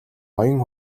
ноён